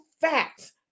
facts